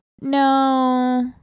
No